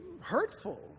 hurtful